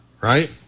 right